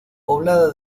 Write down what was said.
poblada